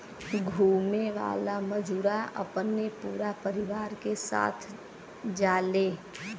घुमे वाला मजूरा अपने पूरा परिवार के साथ जाले